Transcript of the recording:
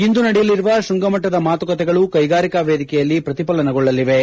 ಇಂದು ನಡೆಯಲಿರುವ ಶೃಂಗ ಮಟ್ಟದ ಮಾತುಕತೆಗಳು ಕೈಗಾರಿಕಾ ವೇದಿಕೆಯಲ್ಲಿ ಪ್ರತಿಫಲನಗೊಳ್ಳಲಿವೆ